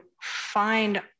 find